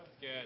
Good